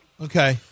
Okay